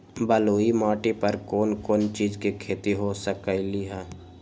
बलुई माटी पर कोन कोन चीज के खेती हो सकलई ह?